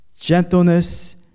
gentleness